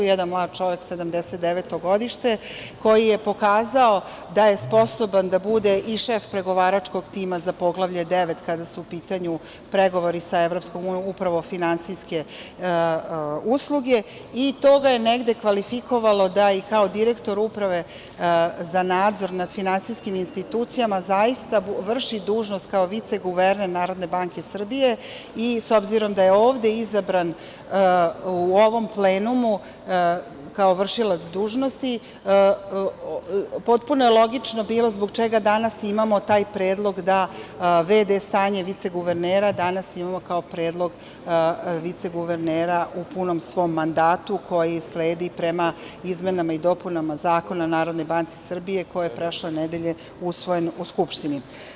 To je jedan mlad čovek, 1979. godište, koji je pokazao da je sposoban da bude i šef pregovaračkog tima za Poglavlje 9. kada su u pitanju pregovori sa EU, upravo finansijske usluge i to ga je negde kvalifikovalo da i kao direktor Uprave za nadzor nad finansijskim institucijama zaista vrši dužnost kao vice guverner NBS i, s obzirom da je ovde izabran, u ovom plenumu, kao vršilac dužnosti, potpuno je logično bilo zbog čega danas imamo taj predlog da v.d. stanje viceguvernera danas imamo kao predlog viceguvernera u punom svom mandatu, koji sledi prema izmenama i dopunama Zakona o Narodnoj banci Srbiji, koji je prošle nedelje usvojen u Skupštini.